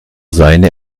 seine